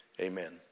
Amen